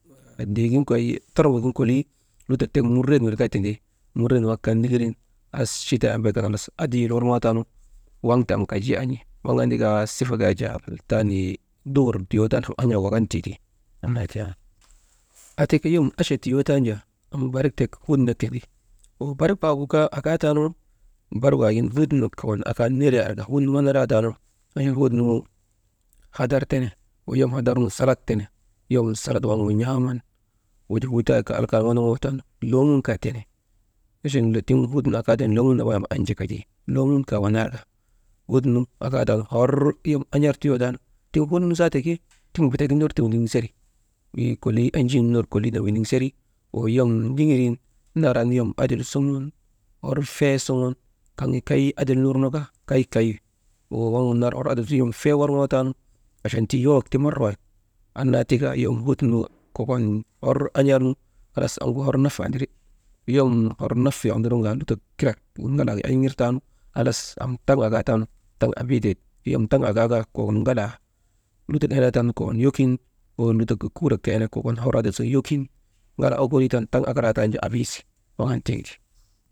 Dee gin kay, tormbok gin kolii, lutok tek kolii muren wir kaa tindi, muren wak kaa ndiŋirin as chitaa embee kaa halas adil worŋoo taanu, waŋ ti am kajii an̰i, waŋ anndaka sifak yak jaa taani duhor tuyoo taanu wak an tiiti, anna ti. Aa tika yom acha tiyoo taanu, am barik tek hut nak tindi, wa barik waagu kaa akaataanu barik waagin hu nu kokon akaanu neree arka wanaraa taanu, waŋ hut nu hadar tene wo yom hadarnu salat tene, yom salat nu n̰aaman wujaa huutayek kaa alkaanak wondoŋoo taanu leemun kaa tene,«hesitation» leemun nambay an̰andi kajii leemun kaa wanar ka hut nu akaa taanu hor yom an̰ar tiyoo taanu. Tiŋ hut nu zaata ke tiŋ bitak gin ner ta windiŋseri, wii kolii enjin ner kolii nak windiŋ seri, wey yom ndiŋirin naran yom adil suŋun hor fee suŋun kaŋ kay adil nirnu kaa kay kay wi wo waŋgu yom nar adil suŋun hor fee worŋootanu, achan tii yowok ti marra waahit, annaa tika yom hut nu kokon hor an̰arnu halas amgu hor nafe andiri, yom hor nafi ondoroŋka lutok kirak, ŋalaa aygirtaanu, halas am taŋ akaataanu abiiteeti, yom taŋ akaaka kokon ŋalaa lutok enee taanu kokon yokoyin, kokon lutok kuurak kaa ene kokon yokoyin ŋalaa okooriitan taŋ akaraatanu enji abiisi waŋ an tiŋ ti.